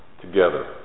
together